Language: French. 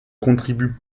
contribue